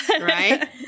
right